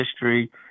history